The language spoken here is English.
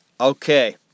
Okay